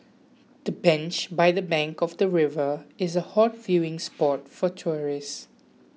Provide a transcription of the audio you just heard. the bench by the bank of the river is a hot viewing spot for tourists